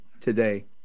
today